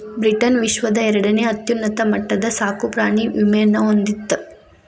Britain ವಿಶ್ವದ ಎರಡನೇ ಅತ್ಯುನ್ನತ ಮಟ್ಟದ ಸಾಕುಪ್ರಾಣಿ ವಿಮೆಯನ್ನ ಹೊಂದಿತ್ತ